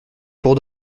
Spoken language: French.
pour